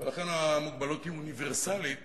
ולכן המוגבלות היא אוניברסלית